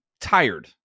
tired